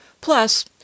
Plus